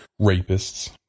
rapists